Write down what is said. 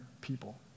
people